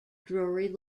drury